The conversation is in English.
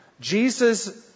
Jesus